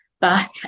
back